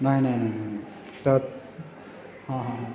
नाही नाही नाही नाही तर हां हां हां